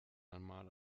einmal